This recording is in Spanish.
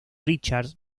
richards